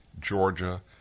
Georgia